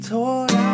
Told